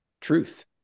truth